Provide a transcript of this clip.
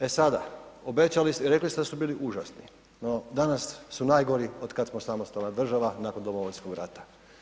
E sada, obećali ste, rekli ste da su bili užasni no danas su najgori otkad smo samostalna država nakon Domovinskog rata.